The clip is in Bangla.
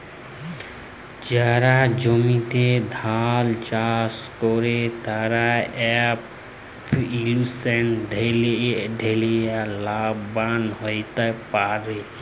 যারা জমিতে ধাল চাস করে, তারা ক্রপ ইন্সুরেন্স ঠেলে লাভবান হ্যতে পারে